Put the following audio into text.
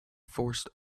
forced